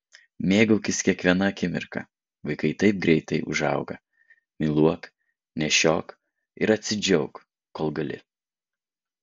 mėgaukis kiekviena akimirka vaikai taip greitai užauga myluok nešiok ir atsidžiauk kol gali